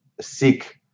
seek